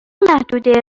محدوده